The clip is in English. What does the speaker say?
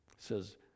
says